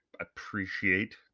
appreciate